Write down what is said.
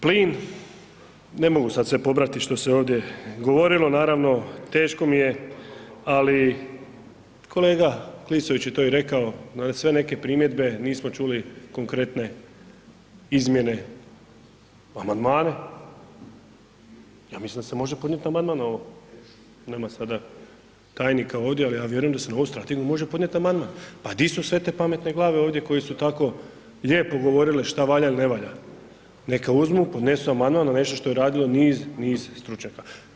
Plin, ne mogu sad sve pobrati što se ovdje govorilo, naravno teško mi je, ali kolega Klisović je to i rekao, na sve neke primjedbe nismo čuli konkretne izmjene, amandmane, ja mislim da se može podnijet amandman na ovo, nema sada tajnika ovdje, ali ja vjerujem da se na ovu strategiju može podnijet amandman, pa di su sve te pametne glave ovdje koji su tako lijepo govorile šta valja il ne valja, neka uzmu, podnesu amandman na nešto što je radilo niz, niz stručnjaka.